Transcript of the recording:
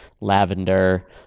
lavender